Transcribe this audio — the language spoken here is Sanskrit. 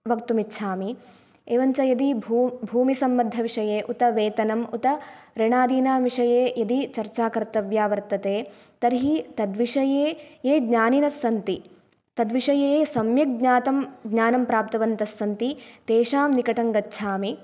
वक्तुमिच्छामि एवं च यदि भू भूमि सम्बद्धविषये उत वेतनं उत ऋणादीनाम् विषये यदि चर्चा कर्तव्या वर्तते तर्हि तद्विषये ये ज्ञानिनः सन्ति तद्विषये सम्यक्ज्ञातं ज्ञानं प्राप्नवन्तस्सन्ति तेषाम् निकटम् गच्छामि